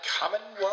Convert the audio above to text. Commonwealth